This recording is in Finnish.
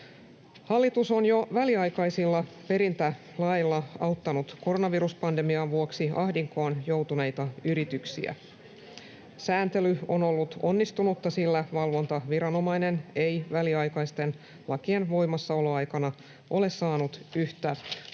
Hallitus on jo väliaikaisilla perintälaeilla auttanut koronaviruspandemian vuoksi ahdinkoon joutuneita yrityksiä. Sääntely on ollut onnistunutta, sillä valvontaviranomainen ei väliaikaisten lakien voimassaoloaikana ole saanut yhtä